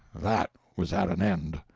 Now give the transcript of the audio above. that was at an end.